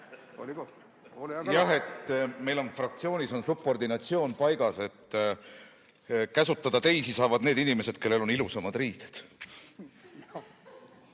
Jah, meil on fraktsioonis subordinatsioon paigas. Käsutada teisi saavad need inimesed, kellel on ilusamad riided.